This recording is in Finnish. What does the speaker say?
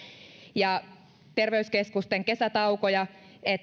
ja terveyskeskusten kesätaukoja